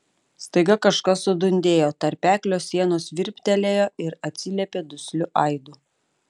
staiga kažkas sudundėjo tarpeklio sienos virptelėjo ir atsiliepė dusliu aidu